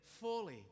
fully